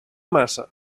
massa